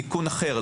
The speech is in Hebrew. דרך תיקון אחר,